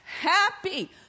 happy